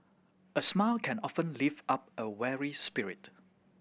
a smile can often lift up a weary spirit